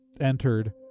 entered